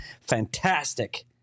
Fantastic